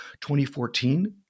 2014